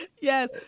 yes